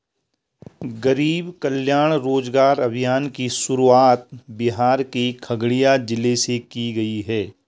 गरीब कल्याण रोजगार अभियान की शुरुआत बिहार के खगड़िया जिले से की गयी है